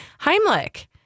Heimlich